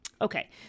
Okay